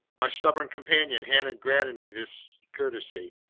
my stubborn companion hadn't granted me this courtesy.